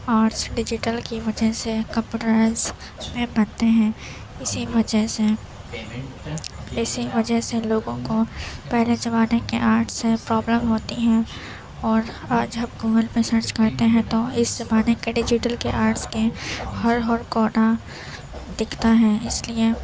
arts digital کی وجہ سے کمپیوٹرائز میں بنتے ہیں اسی وجہ سے اسی وجہ سے لوگوں کو پہلے زمانے کے آرٹس سے پرابلم ہوتی ہے اور آج ہم گوگل پہ سرچ کرتے ہیں تو اس زمانے کے ڈیجیٹل کے آرٹس کے ہر ہر کونا دکھتا ہے اس لیے